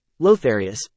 Lotharius